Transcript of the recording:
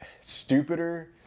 stupider